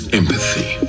empathy